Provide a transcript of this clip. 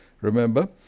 Remember